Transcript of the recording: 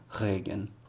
regen